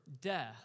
death